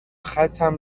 خطم